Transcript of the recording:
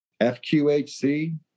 FQHC